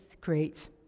creates